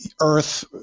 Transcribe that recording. Earth